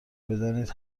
بدانید